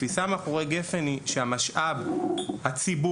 בתפיסה מאחורי גפ"ן היא המשאב הציבורי,